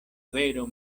vero